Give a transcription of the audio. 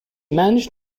managed